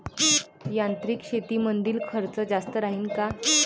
यांत्रिक शेतीमंदील खर्च जास्त राहीन का?